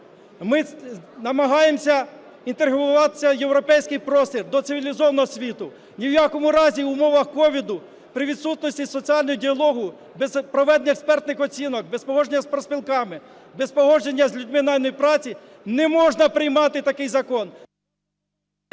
ми намагаємося інтегруватися у європейський простір до цивілізованого світу. Ні в якому разі в умовах COVID при відсутності соціального діалогу без проведення експертних оцінок, без погодження з профспілками, без погодження з людьми найманої праці не можна приймати такий закон.